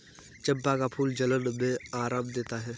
चंपा का फूल जलन में आराम देता है